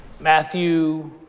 Matthew